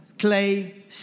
clay